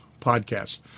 podcast